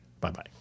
bye-bye